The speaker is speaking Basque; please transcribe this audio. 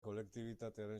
kolektibitatearen